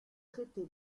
traités